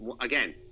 Again